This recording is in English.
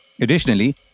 Additionally